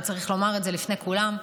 וצריך לומר את זה לפני כולם,